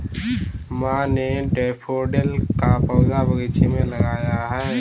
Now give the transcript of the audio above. माँ ने डैफ़ोडिल का पौधा बगीचे में लगाया है